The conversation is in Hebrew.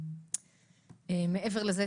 מעבר לכך,